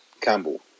Campbell